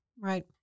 right